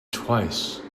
twice